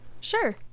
Sure